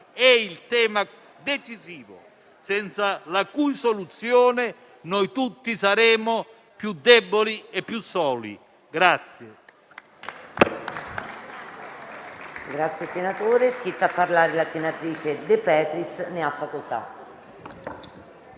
è il tema decisivo, senza la cui soluzione tutti saremo più deboli e più soli.